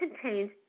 contains